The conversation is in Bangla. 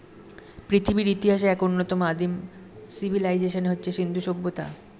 পৃথিবীর ইতিহাসের এক অন্যতম আদিম সিভিলাইজেশন হচ্ছে সিন্ধু সভ্যতা